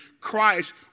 Christ